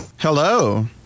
hello